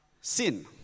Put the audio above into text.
sin